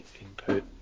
input